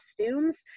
costumes